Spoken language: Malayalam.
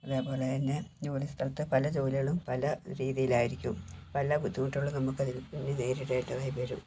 അതേപോലെ തന്നെ ജോലിസ്ഥലത്തെ പല ജോലികളും പല രീതിയിലായിരിക്കും വല്ല ബുദ്ധിമുട്ടുള്ളത് നമുക്കതിൽ നേരിടേണ്ടതായി വരും